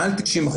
מעל 90%,